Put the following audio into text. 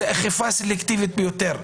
זו אכיפה סלקטיבית ביותר.